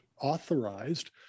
authorized